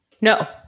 No